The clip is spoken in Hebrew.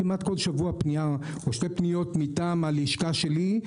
כמעט בכל שבוע פנייה או שתי פניות מטעם הלשכה שלי,